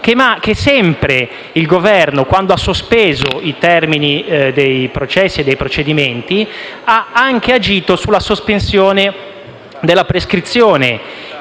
che sempre il Governo, quando ha sospeso i termini dei processi e dei procedimenti, ha anche agito sulla sospensione della prescrizione